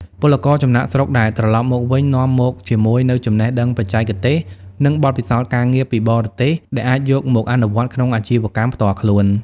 ពលករចំណាកស្រុកដែលត្រឡប់មកវិញ នាំមកជាមួយនូវ "ចំណេះដឹងបច្ចេកទេស" និងបទពិសោធន៍ការងារពីបរទេស ដែលអាចយកមកអនុវត្តក្នុងអាជីវកម្មផ្ទាល់ខ្លួន។